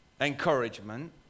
encouragement